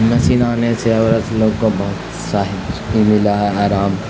machine آنے سے عورت لوگوں کو بہت سہایک بھی ملا ہے آرام